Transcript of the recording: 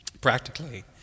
Practically